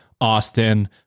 AUSTIN